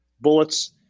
bullets